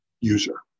user